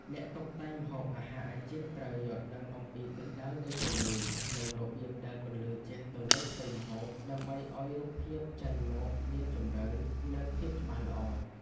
អ្នកតុបតែងម្ហូបអាហារអាជីពត្រូវយល់ដឹងអំពីទិសដៅនៃពន្លឺ និងរបៀបដែលពន្លឺជះទៅលើផ្ទៃម្ហូប ដើម្បីឱ្យរូបភាពចេញមកមានជម្រៅ និងភាពច្បាស់ល្អ។